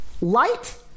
Light